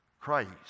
Christ